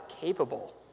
capable